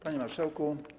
Panie Marszałku!